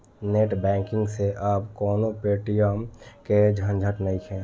net banking से अब कवनो पेटीएम के झंझट नइखे